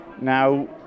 Now